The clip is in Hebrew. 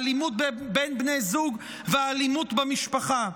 האלימות בין בני זוג והאלימות במשפחה.